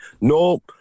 No